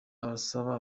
asaba